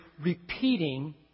repeating